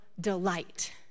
delight